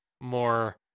more